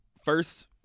first